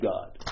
God